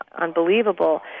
unbelievable